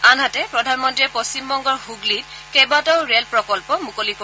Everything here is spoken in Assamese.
আনহাতে প্ৰধানমন্ত্ৰীয়ে পশ্চিমবংগৰ হুগলিত কেইবাটাও ৰেল প্ৰকল্প মুকলি কৰিব